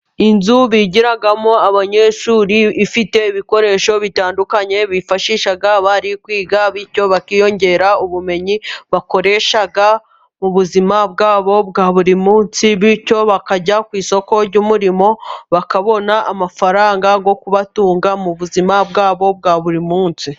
Inzu bigiramo abanyeshuri, ifite ibikoresho bitandukanye bifashisha bari kwiga, bityo bakiyongera ubumenyi bakoresha mu buzima bwabo bwa buri munsi, bityo bakajya ku isoko ry'umurimo, bakabona amafaranga yo kubatunga mu buzima bwabo bwa buri munsi.